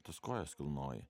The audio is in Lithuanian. tas kojas kilnoji